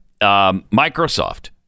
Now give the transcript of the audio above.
Microsoft